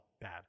bad